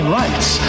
rights